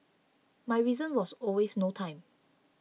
my reason was always no time